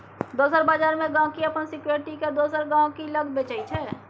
दोसर बजार मे गांहिकी अपन सिक्युरिटी केँ दोसर गहिंकी लग बेचय छै